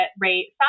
rate